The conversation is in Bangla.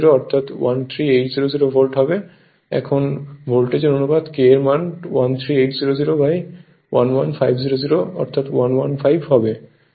এখন অতএব ভোল্টেজ অনুপাত K এর মান 13800 11500 অর্থাৎ 115 হবে